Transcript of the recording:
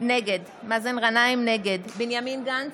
נגד בנימין גנץ,